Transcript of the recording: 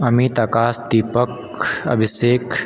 Amit Akash Deepak Abhishek